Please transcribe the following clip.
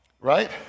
right